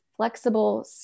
Flexible